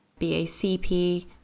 BACP